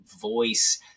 voice